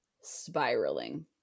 spiraling